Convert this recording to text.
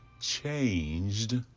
changed